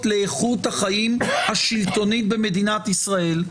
לאיכות החיים השלטונית במדינת ישראל.